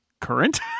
current